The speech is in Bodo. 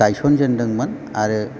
गायसन जेनदोंमोन आरो